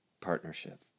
partnership